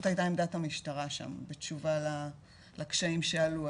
זאת הייתה עמדת המשטרה שם בתשובה לקשיים שעלו,